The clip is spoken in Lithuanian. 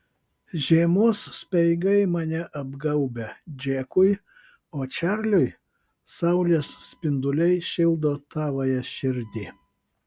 žiemos speigai mane apgaubia džekui o čarliui saulės spinduliai šildo tavąją širdį